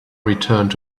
returned